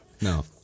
No